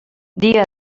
dia